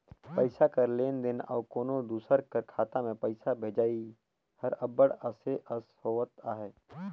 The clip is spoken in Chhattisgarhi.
पइसा कर लेन देन अउ कोनो दूसर कर खाता में पइसा भेजई हर अब्बड़ असे अस होवत अहे